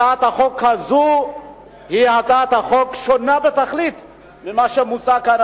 הצעת החוק הזאת היא הצעת חוק שונה בתכלית ממה שמוצע כאן,